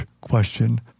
question